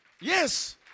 Yes